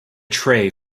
tray